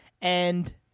And-